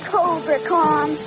Cobra-Con